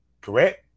Correct